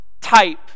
type